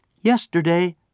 Yesterday